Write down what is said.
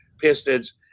Pistons